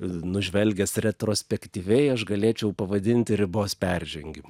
nužvelgęs retrospektyviai aš galėčiau pavadinti ribos peržengimu